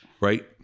Right